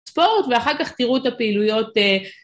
ספורט ואחר כך תראו את הפעילויות האא